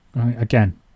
again